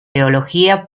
teología